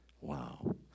Wow